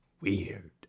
weird